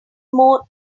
more